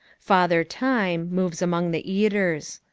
father time moves among the eaters.